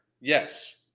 yes